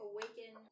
Awaken